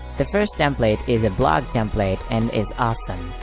the first template is a blog template and is awesome,